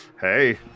Hey